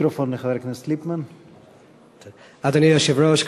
אדוני היושב-ראש,